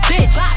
Bitch